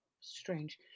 strange